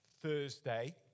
Thursday